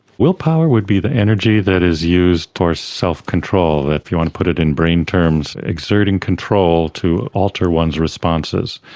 willpower would be the energy that is used towards self-control. if you want to put it in brain terms, exerting control to alter one's responses,